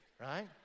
right